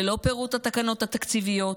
ללא פירוט התקנות התקציביות,